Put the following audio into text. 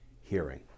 hearing